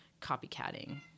copycatting